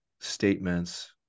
statements